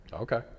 Okay